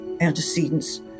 antecedents